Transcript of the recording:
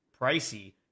pricey